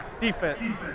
defense